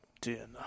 dinner